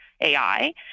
AI